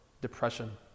depression